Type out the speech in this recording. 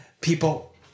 people